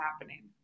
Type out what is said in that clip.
happening